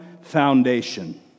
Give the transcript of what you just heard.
foundation